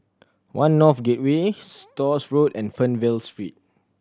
One North Gateway Stores Road and Fernvale Street